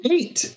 Eight